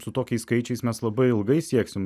su tokiais skaičiais mes labai ilgai sieksim